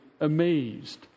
amazed